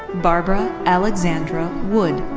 barbara alexandra wood.